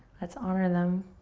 let's honor them